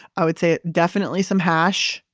i would say definitely some hash,